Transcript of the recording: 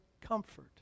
comfort